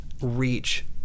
reach